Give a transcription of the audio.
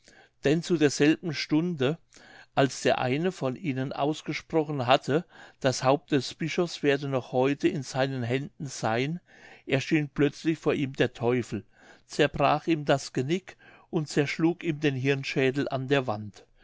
denn zu derselben stunde als der eine von ihnen ausgesprochen hatte das haupt des bischofs werde noch heute in seinen händen sein erschien plötzlich vor ihm der teufel zerbrach ihm das genick und zerschlug ihm den hirnschädel an der wand